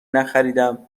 نخریدم